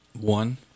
one